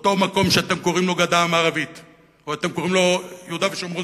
באותו מקום שאתם קוראים לו גדה מערבית או שאתם קוראים לו יהודה ושומרון,